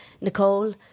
Nicole